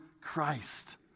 Christ